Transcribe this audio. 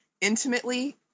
intimately